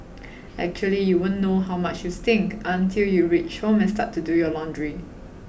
actually you won't know how much you stink until you reach home and start to do your laundry